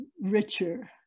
richer